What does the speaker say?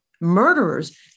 murderers